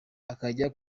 akajya